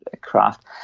craft